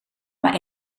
maar